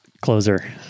closer